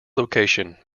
location